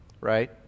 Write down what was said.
Right